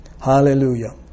Hallelujah